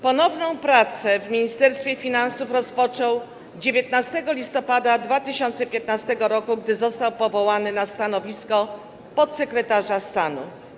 Ponowną pracę w Ministerstwie Finansów rozpoczął 19 listopada 2015 r., gdy został powołany na stanowisko podsekretarza stanu.